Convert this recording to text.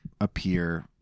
appear